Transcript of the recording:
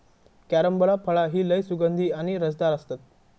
carambola फळा ही लय सुगंधी आणि रसदार असतत